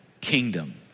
kingdom